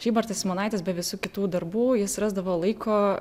žybartas simonaitis be visų kitų darbų jis rasdavo laiko